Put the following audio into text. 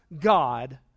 God